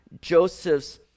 Joseph's